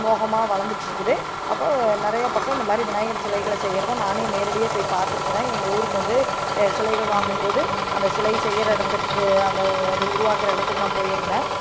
மோகமாக வளர்ந்துட்டு இருக்குது அப்பறம் நிறைய பக்கம் இந்தமாதிரி விநாயகர் சிலைகளை செய்கிறத நானே நேரடியாக போய் பார்த்துருக்கேன் எங்கள் ஊருக்கு வந்து சிலைகள் வாங்கும்போது அந்த சிலை செய்கிற இடத்திற்கு அந்த அது உருவாக்குகிற இடத்துக்கு நான் போயிருந்தேன்